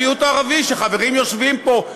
המיעוט הערבי שחברים יושבים פה,